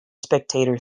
spectator